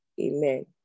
Amen